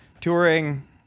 touring